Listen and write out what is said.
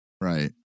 Right